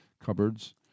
Cupboards